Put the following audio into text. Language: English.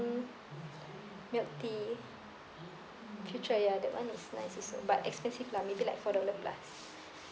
milk tea ya that one is nice also but expensive lah maybe like four dollar plus